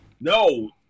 No